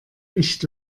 nicht